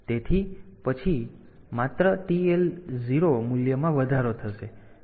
તેથી પછી માત્ર આ TL 0 મૂલ્યમાં વધારો થશે